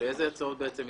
איזה הצעות אישרו?